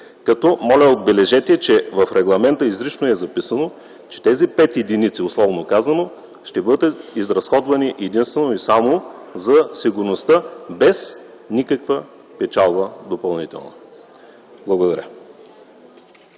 100%. Моля, отбележете, че в регламента изрично е записано, че тези 5 единици, условно казано, ще бъдат изразходвани единствено и само за сигурността, без никаква допълнителна печалба. Благодаря.